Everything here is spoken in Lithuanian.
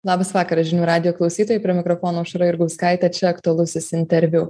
labas vakaras žinių radijo klausytojai prie mikrofono aušra jurgauskaitė čia aktualusis interviu